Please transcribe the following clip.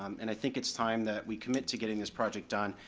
um and i think it's time that we commit to getting this project done.